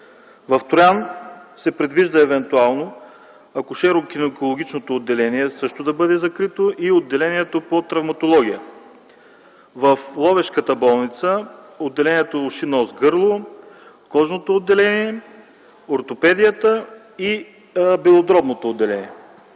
в Троян се предвижда евентуално акушеро-гинекологичното отделение също да бъде закрито и отделението по травматология; в Ловешката болница – отделението „Уши, нос, гърло”, кожното отделение, ортопедията и белодробното отделение,